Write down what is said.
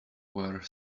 were